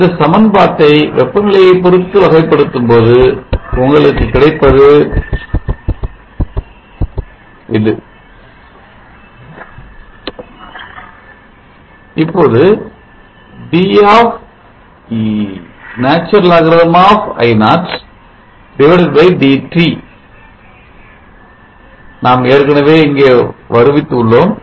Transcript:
இந்த சமன்பாட்டை வெப்பநிலையைப் பொருத்து வகைப்படுத்தும் போது உங்களுக்கு கிடைப்பது d d d dT nVT dT p dT 0 இப்போது ddT நாம் ஏற்கனவே இங்கே வருவித்து உள்ளோம்